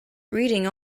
reading